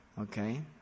Okay